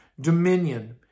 dominion